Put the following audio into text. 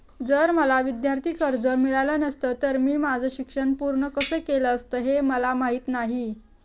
मला जर विद्यार्थी कर्ज मिळालं नसतं तर मी माझं शिक्षण पूर्ण कसं केलं असतं, हे मला माहीत नाही